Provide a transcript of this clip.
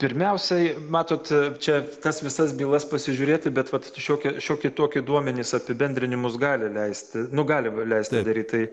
pirmiausiai matot čia tas visas bylas pasižiūrėti bet vat šiokią šiokį tokį duomenis apibendrinimus gali leisti nu gali leisti daryt tai